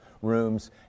rooms